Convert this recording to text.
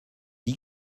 dit